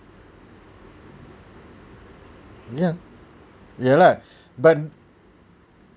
yeah ya lah but